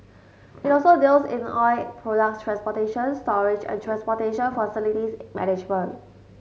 it also deals in oil products transportation storage and transportation facilities management